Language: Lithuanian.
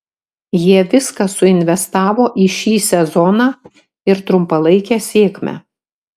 jie viską suinvestavo į šį sezoną ir trumpalaikę sėkmę